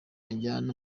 ajyana